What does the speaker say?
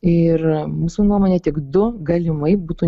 ir mūsų nuomone tik du galimai būtų